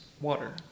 water